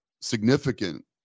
significant